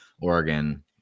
Oregon